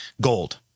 Gold